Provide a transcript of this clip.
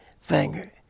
finger